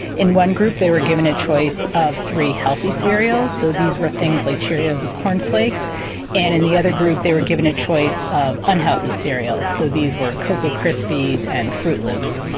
in one group they were given a choice of three healthy cereals so these were things like cheerios and corn flakes and in the other group they were given a choice of unhealthy cereals so these were coco crispies and fruit loops.